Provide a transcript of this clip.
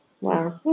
Wow